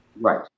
Right